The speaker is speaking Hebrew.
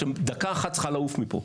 שבדקה אחת צריכה לעוף מפה,